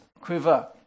quiver